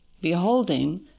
Beholding